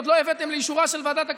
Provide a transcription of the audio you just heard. עוד לא הבאתם לאישורה של ועדת הכספים,